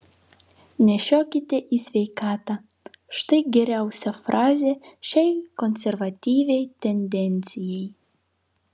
nešiokite į sveikatą štai geriausia frazė šiai konservatyviai tendencijai